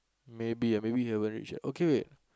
maybe ah maybe he haven't reach yet okay wait